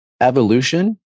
evolution